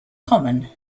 common